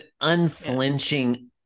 unflinching